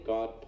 God